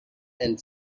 and